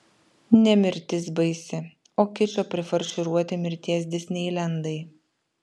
ne mirtis baisi o kičo prifarširuoti mirties disneilendai